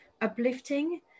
uplifting